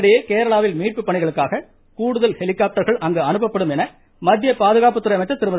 இதனிடையே கேரளாவில் மீட்பு பணிகளுக்காக கூடுதல் ஹெலிகாப்டர்கள் அங்கு அனுப்பப்படும் என்று மத்திய பாதுகாப்புத்துறை அமைச்சர் திருமதி